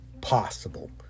possible